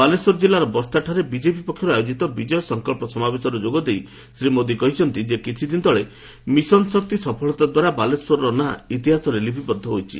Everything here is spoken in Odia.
ବାଲେଶ୍ୱର କିଲ୍ଲାର ବାସ୍ତାଠାରେ ବିଜେପି ପକ୍ଷରୁ ଆୟୋଜିତ ବିଜୟ ସଂକଳ୍ପ ସମାବେଶରେ ଯୋଗ ଦେଇ ଶ୍ରୀ ମୋଦି କହିଛନ୍ତି ଯେ କିଛି ଦିନ ତଳେ ମିଶନ୍ ଶକ୍ତି ସଫଳତା ଦ୍ୱାରା ବାଲେଶ୍ୱରର ନାଁ ଇତିହାସରେ ଲିପିବଦ୍ଧ ହୋଇଛି